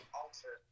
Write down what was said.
alter